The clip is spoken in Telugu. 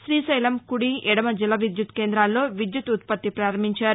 శ్రీశైలం కుడి ఎడమ జల విద్యుత్ కేంద్రాల్లో విద్యుదుత్పత్తి ప్రారంభించారు